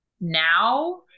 now